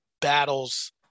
battles